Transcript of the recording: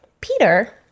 Peter